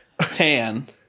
tan